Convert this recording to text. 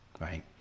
right